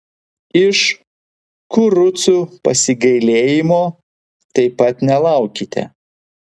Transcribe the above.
iš kurucų pasigailėjimo taip pat nelaukite